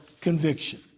conviction